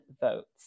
votes